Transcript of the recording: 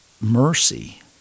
mercy